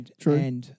true